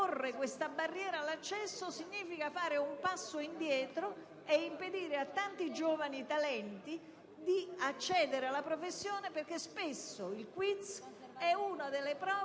Porre questa barriera all'accesso significa fare un passo indietro e impedire a tanti giovani talenti di accedere alla professione, perché spesso il quiz è una delle prove